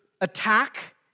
attack